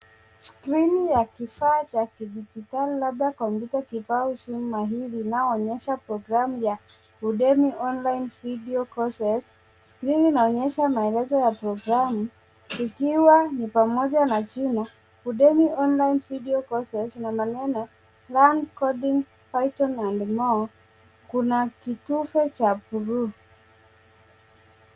Skrini ya kifaa cha kidijitali labda kompyuta kibao au simu mahiri linaloonyesha programu ya Udemy Online Video Courses . Skrini inaonyesha maelezo ya programu ikiwa ni pamoja na jina Udemy Online Video Courses na maneno Learn Coding, Python & More . Kuna kitufe cha bluu.